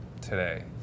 today